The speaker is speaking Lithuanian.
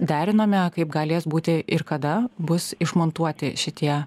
derinome kaip galės būti ir kada bus išmontuoti šitie